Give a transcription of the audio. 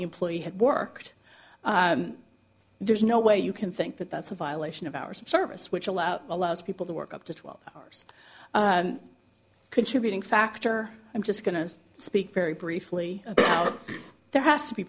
the employee had worked there's no way you can think that that's a violation of hours of service which allows allows people to work up to twelve hours contributing factor i'm just going to speak very briefly there has to be